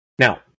Now